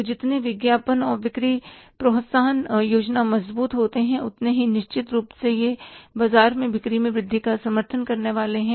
तो जितने विज्ञापन और बिक्री प्रोत्साहन योजना मजबूत होते हैं उतने ही निश्चित रूप से यह बाजार में बिक्री में वृद्धि का समर्थन करने वाले है